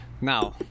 Now